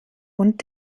und